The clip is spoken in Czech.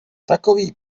takový